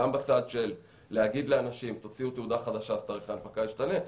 גם בצד של להגיד לאנשים: תוציאו תעודה חדשה ואז תאריך ההנפקה ישתנה,